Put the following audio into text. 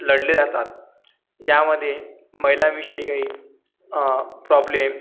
लढले जातात यामध्ये महिलांविषयी काही प्रॉब्लेम